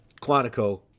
quantico